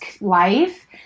life